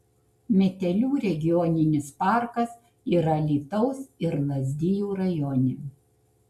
metelių regioninis parkas yra alytaus ir lazdijų rajone